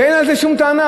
ואין על זה שום טענה,